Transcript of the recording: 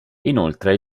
inoltre